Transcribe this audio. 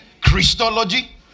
Christology